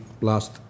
last